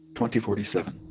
twenty forty-seven